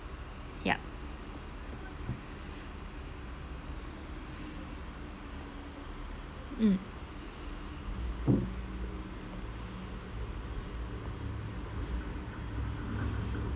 yup mm